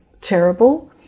terrible